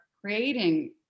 creating